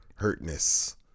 hurtness